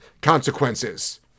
Consequences